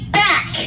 back